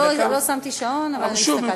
לא שמתי שעון, אבל הסתכלתי.